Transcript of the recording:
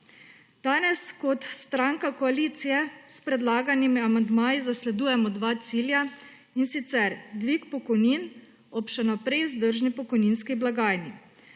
Danes kot stranka koalicije s predlaganimi amandmaji zasledujemo dva cilja, in sicer dvig pokojnin ob še naprej vzdržni pokojninski blagajni.